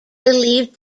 believed